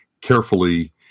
carefully